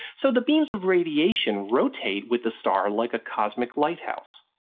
so the beams of radiation rotate with the star like a cosmic lighthouse.